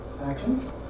actions